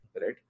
right